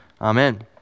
Amen